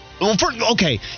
Okay